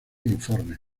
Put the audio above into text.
informes